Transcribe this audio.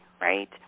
right